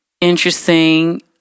interesting